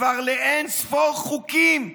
כבר לאין-ספור חוקים נפשעים,